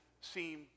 seem